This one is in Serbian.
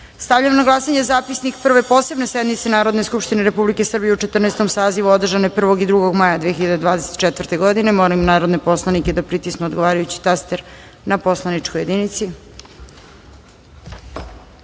na glasanje zapisnik Prve posebne sednice Narodne skupštine Republike Srbije u Četrnaestom sazivu, održane 1. i 2. maja 2024. godine. Molim narodne poslanike da pritisnu odgovarajući taster na poslaničkoj